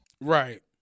Right